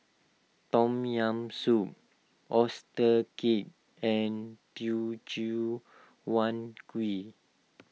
Tom Yam Soup Oyster Cake and Teochew Huat Kuih